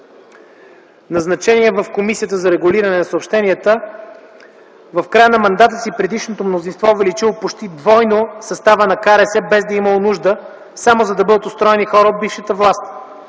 Назначения в Комисията за регулиране на съобщенията. В края на мандата си предишното мнозинство е увеличило почти двойно състава на КРС, без да е имало нужда, само за да бъдат устроени хора от бившата власт.